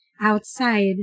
outside